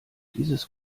dieses